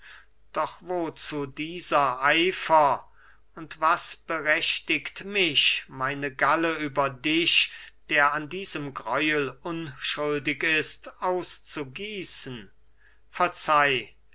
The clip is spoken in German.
doch wozu dieser eifer und was berechtigt mich meine galle über dich der an diesem gräuel unschuldig ist auszugießen verzeih